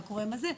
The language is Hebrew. מה קורה עם הזה,